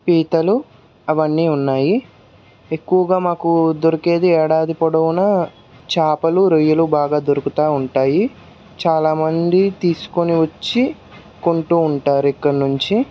పీతలు అవన్నీ ఉన్నాయి ఎక్కువగా మాకు దొరికేది ఏడాది పొడవునా చేపలు రొయ్యలు బాగా దొరుకుతా ఉంటాయి చాలామంది తీసుకోని వచ్చి కొంటూ ఉంటారు ఇక్కడ్నుంచి